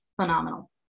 Phenomenal